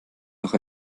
noch